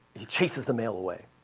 he chases the male away,